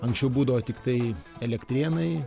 anksčiau būdavo tiktai elektrėnai